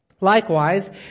Likewise